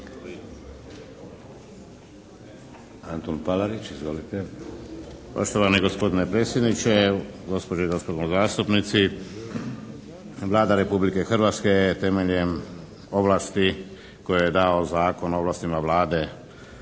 Antun Palarić. Izvolite.